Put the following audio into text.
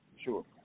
Sure